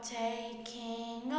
taking